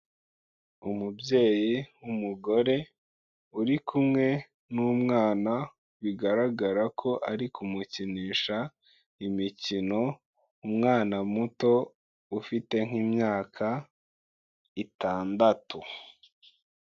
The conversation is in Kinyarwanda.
Umubyeyi w'umugore uri kumwe n'umwana bigaragara ko ari kumukinisha imikino, umwana muto ufite nk'imyaka itandatu.